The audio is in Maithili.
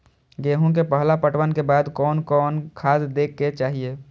गेहूं के पहला पटवन के बाद कोन कौन खाद दे के चाहिए?